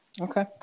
Okay